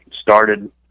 started